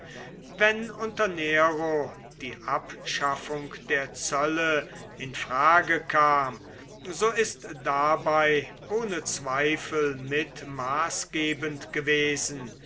wenn unter nero die abschaffung der zölle in frage kam so ist dabei ohne zweifel mit maßgebend gewesen